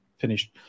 finished